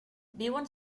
viuen